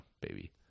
baby